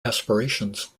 aspirations